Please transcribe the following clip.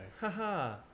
Haha